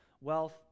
wealth